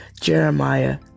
Jeremiah